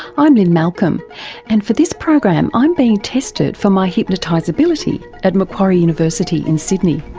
i'm lynne malcolm and for this program i'm being tested for my hypnotisability at macquarie university in sydney.